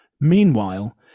Meanwhile